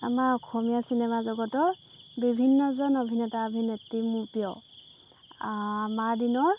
আমাৰ অসমীয়া চিনেমা জগতৰ বিভিন্নজন অভিনেতা অভিনেত্ৰী মোৰ প্ৰিয় আমাৰ দিনৰ